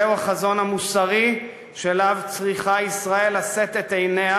זהו החזון המוסרי שאליו צריכה ישראל לשאת את עיניה.